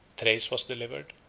thrace was delivered,